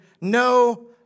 no